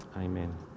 Amen